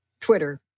Twitter